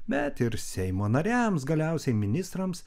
bet ir seimo nariams galiausiai ministrams